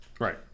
right